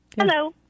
Hello